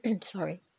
Sorry